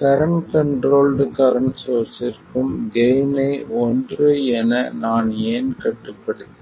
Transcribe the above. current controlled current சோர்ஸ்ற்கும் gain ஐ ஓன்று என நான் ஏன் கட்டுப்படுத்தினேன்